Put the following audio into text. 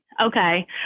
Okay